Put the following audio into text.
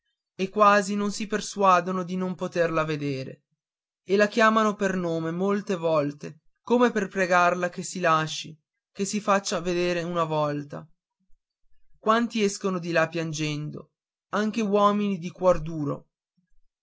e quasi non si persuadono di non poterla vedere e la chiamano per nome molte volte come per pregarla che si lasci che si faccia vedere una volta quanti escono di là piangendo anche uomini di cuor duro